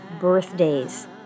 birthdays